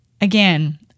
again